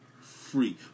Free